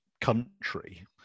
country